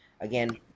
again